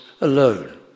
alone